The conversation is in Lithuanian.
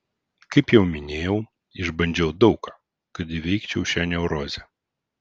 kaip jau minėjau išbandžiau daug ką kad įveikčiau šią neurozę